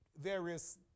various